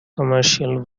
commercial